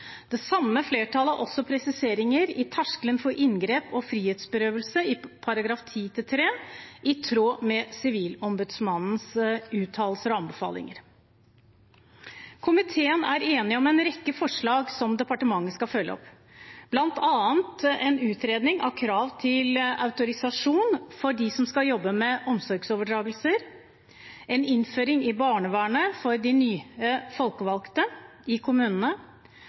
Det samme flertall har også presiseringer i terskelen for inngrep og frihetsberøvelse i § 10-3, i tråd med Sivilombudsmannens uttalelser og anbefalinger. Komiteen er enig om en rekke forslag som departement skal følge opp, bl.a.: utredning av krav til autorisasjon for dem som skal jobbe med omsorgsovertagelser innføring i barnevernet for de nye folkevalgte i kommunene